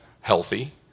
healthy